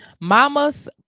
mamas